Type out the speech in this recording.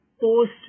post